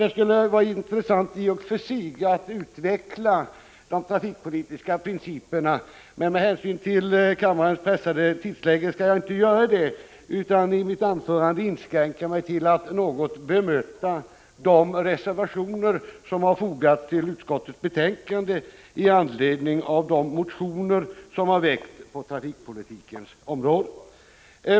Det skulle i och för sig vara intressant att utveckla de trafikpolitiska principerna, men med hänsyn till kammarens pressade tidsschema skall jag inte göra det utan i mitt anförande inskränka mig till att något bemöta de reservationer som har fogats till utskottets betänkande i anledning av de motioner som har väckts på trafikpolitikens område.